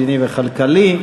המדיני והכלכלי.